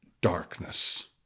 darkness